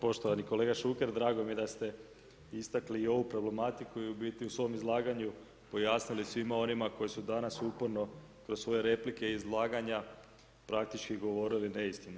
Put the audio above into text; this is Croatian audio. Evo poštovani kolega Šuker, drago mi je da ste istakli i ovu problematiku i u biti u svom izlaganju pojasnili svima onima koji su danas uporno kroz svoje replike i izlaganja praktički govorili neistine.